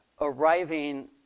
arriving